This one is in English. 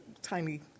Tiny